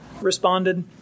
Responded